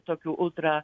tokių ultra